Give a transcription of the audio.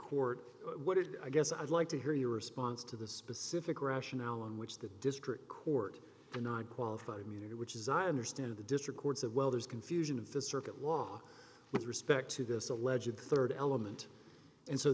court what did i guess i'd like to hear your response to the specific rationale on which the district court i'm not qualified immunity which is i understand the district courts of well there's confusion of the circuit law with respect to this alleged rd element and so